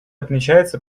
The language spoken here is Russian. отмечается